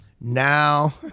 now